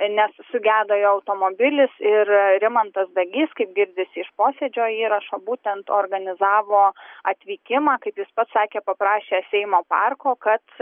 nes sugedo jo automobilis ir rimantas dagys kaip girdisi iš posėdžio įrašo būtent organizavo atvykimą kaip jis pats sakė paprašė seimo parko kad